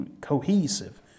cohesive